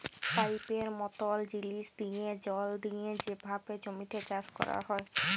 পাইপের মতল জিলিস দিঁয়ে জল দিঁয়ে যেভাবে জমিতে চাষ ক্যরা হ্যয়